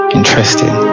Interesting